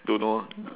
don't know ah